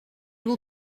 will